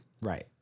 right